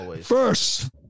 first